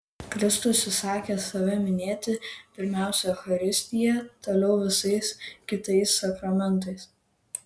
kristus įsakė save minėti pirmiausia eucharistija toliau visais kitais sakramentais